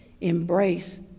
embrace